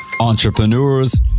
entrepreneurs